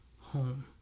home